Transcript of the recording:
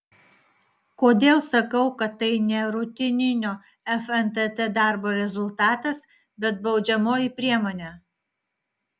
kodėl sakau kad tai ne rutininio fntt darbo rezultatas bet baudžiamoji priemonė